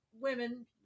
Women